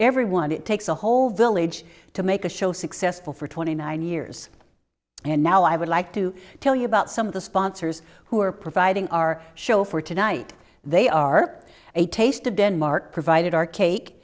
everyone it takes a whole village to make a show successful for twenty nine years and now i would like to tell you about some of the sponsors who are providing our show for tonight they are a taste of denmark provided our cake